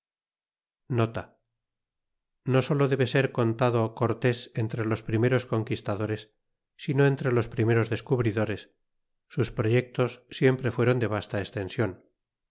no solo debe ser contado cortes entre los primeros conquistad sues sino entre los primeros descubridores sus proyectos siempre fneron de vasta estension